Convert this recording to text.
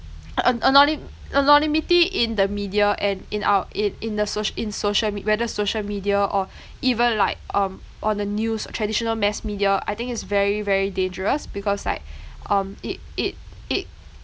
an~ anony~ anonymity in the media and in our i~ in the soc~ in social me~ whether social media or even like um on the news traditional mass media I think it's very very dangerous because like um it it it